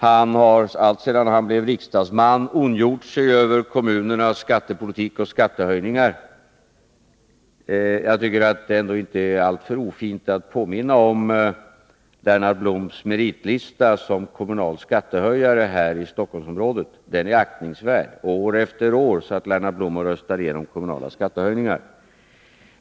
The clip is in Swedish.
Han har alltsedan han blev riksdagsman ondgjort sig över kommunernas skattepolitik och skattehöjningar. Jag tycker att det ändå inte är alltför ofint att påminna om Lennart Bloms meritlista som kommunalskattehöjare här i Stockholmsområdet — den är aktningsvärd. År efter år satt Lennart Blom och röstade igenom kommunalskattehöjningar.